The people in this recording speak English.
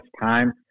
time